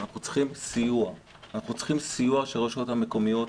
אנחנו צריכים סיוע של הרשויות המקומיות.